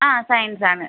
ആ സയൻസാണ്